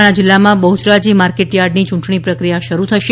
મહેસાણા જીલ્લામાં બહ્યરાજી માર્કેટયાર્ડની ચૂંટણી પ્રક્રિયા શરૂ થશે